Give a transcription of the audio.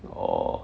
orh